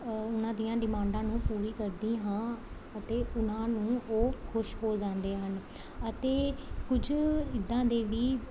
ਉਹਨਾਂ ਦੀਆਂ ਡਿਮਾਂਡਾਂ ਨੂੰ ਪੂਰੀ ਕਰਦੀ ਹਾਂ ਅਤੇ ਉਹਨਾਂ ਨੂੰ ਉਹ ਖੁਸ਼ ਹੋ ਜਾਂਦੇ ਹਨ ਅਤੇ ਕੁਝ ਇੱਦਾਂ ਦੇ ਵੀ